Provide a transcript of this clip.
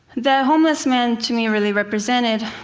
that homeless man, to me, really represented